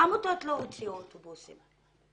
העמותות לא מוציאות אוטובוסים.